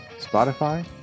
Spotify